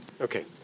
Okay